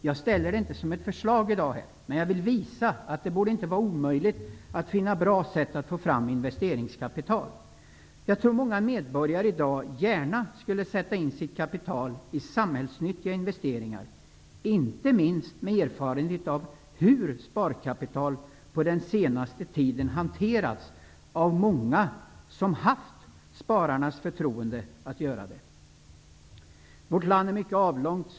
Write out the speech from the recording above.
Jag framställer inte detta som ett förslag i dag, men jag vill visa att det inte borde vara omöjligt att finna bra sätt att få fram investeringskapital. Jag tror att många medborgare i dag gärna skulle sätta in sitt kapital i samhällsnyttiga investeringar, inte minst med erfarenhet av hur sparkapital under den senaste tiden hanterats av många som haft spararnas förtroende att göra det. Vårt land är mycket avlångt.